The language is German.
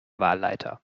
wahlleiter